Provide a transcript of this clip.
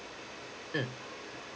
mm